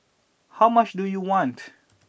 how much do you want